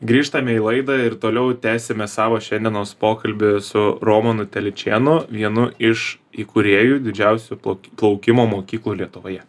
grįžtame į laidą ir toliau tęsiame savo šiandienos pokalbį su romanu telyčėnu vienu iš įkūrėjų didžiausių plauk plaukimo mokyklų lietuvoje